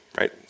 right